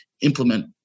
implement